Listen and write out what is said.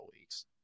weeks